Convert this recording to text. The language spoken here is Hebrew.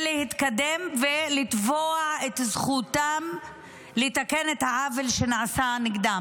ולהתקדם ולתבוע את זכותם לתקן את העוול שנעשה להם.